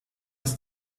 uns